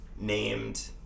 Named